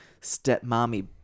stepmommy